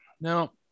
now